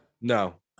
No